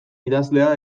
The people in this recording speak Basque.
idazlea